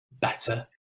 better